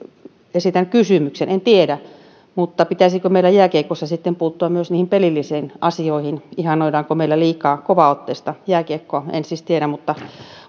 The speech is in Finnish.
esitän kysymyksen kun en tiedä pitäisikö meillä jääkiekossa sitten puuttua myös niihin pelillisiin asioihin ihannoidaanko meillä liikaa kovaotteista jääkiekkoa en siis tiedä mutta